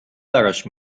براش